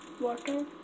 water